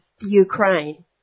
Ukraine